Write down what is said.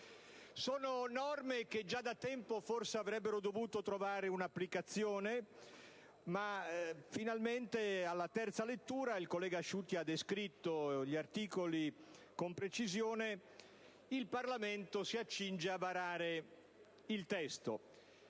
di norme che già da tempo avrebbero dovuto trovare un'applicazione. Siamo alla terza lettura - il collega Asciutti ha descritto gli articoli con precisione - e finalmente il Parlamento si accinge a varare il testo